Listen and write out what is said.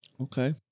Okay